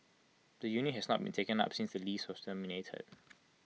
the unit has not been taken up since the lease was terminated